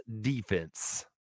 defense